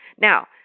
Now